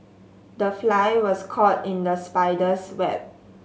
the fly was caught in the spider's web